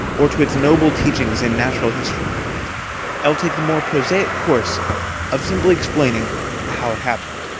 or to its noble teachings in natural history i will take the more prosaic course of simply explaining how it happened.